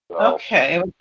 Okay